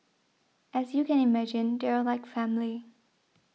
as you can imagine they are like family